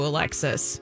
Alexis